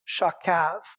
shakav